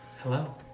Hello